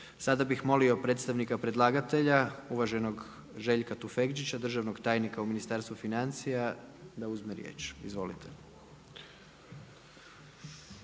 Sada bi molio predstavnika predlagatelja uvaženog Željka Tufekčića, državnog tajnika u Ministarstvu financija da uzme riječ. Izvolite.